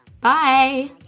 Bye